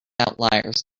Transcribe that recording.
outliers